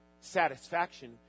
satisfaction